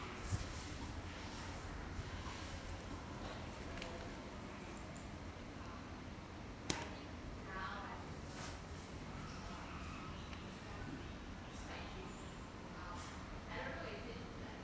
yeah